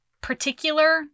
particular